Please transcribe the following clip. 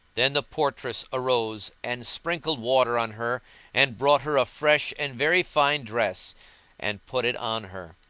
then the portress arose and sprinkled water on her and brought her a fresh and very fine dress and put it on her.